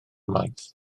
maith